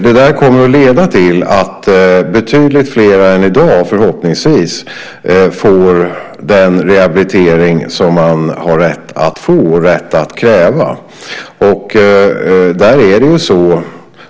Det här kommer att leda till att betydligt fler än i dag, förhoppningsvis, får den rehabilitering som man har rätt att få och rätt att kräva.